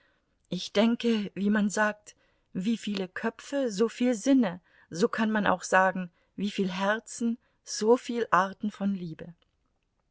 ich denke wie man sagt wieviel köpfe soviel sinne so kann man auch sagen wieviel herzen soviel arten von liebe